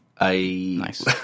Nice